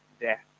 death